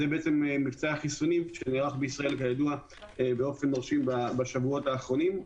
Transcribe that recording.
שזה מבצע החיסונים שנערך בישראל כידוע באופן מרשים בשבועות האחרונים,